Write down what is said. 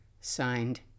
Signed